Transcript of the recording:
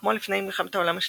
כמו לפני מלחמת העולם השנייה,